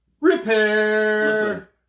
Repair